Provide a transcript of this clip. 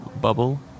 Bubble